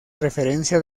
referencia